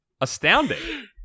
astounding